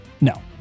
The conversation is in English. No